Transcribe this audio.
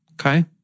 Okay